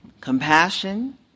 Compassion